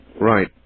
Right